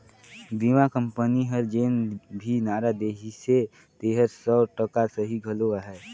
बीमा कंपनी हर जेन भी नारा देहिसे तेहर सौ टका सही घलो अहे